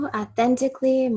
authentically